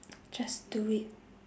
just do it